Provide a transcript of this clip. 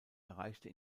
erreichte